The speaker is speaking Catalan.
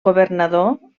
governador